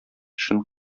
эшен